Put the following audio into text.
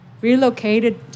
relocated